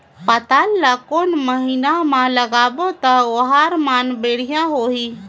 पातल ला कोन महीना मा लगाबो ता ओहार मान बेडिया होही?